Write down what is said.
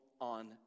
on